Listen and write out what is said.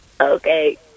Okay